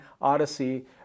Odyssey